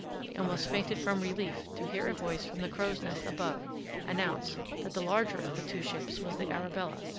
he almost fainted from relief to hear a voice from the crow's-nest above announce that the larger of the two ships was the arabella.